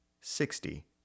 sixty